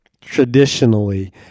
traditionally